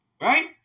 Right